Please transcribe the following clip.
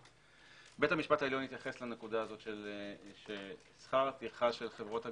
בית המשפט העליון התייחס לנקודה ששכר הטרחה של חברות הגבייה,